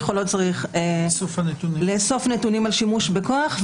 או לא צריך לאסוף נתונים על שימוש בכוח.